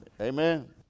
Amen